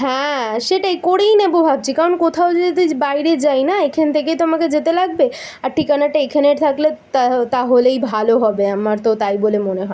হ্যাঁ সেটাই করেই নেব ভাবছি কারণ কোথাও যদি বাইরে যাই না এখেন থেকেই তো আমাকে যেতে লাগবে আর ঠিকানাটা এখেনের থাকলে তাহলেই ভালো হবে আমার তো তাই বলে মনে হয়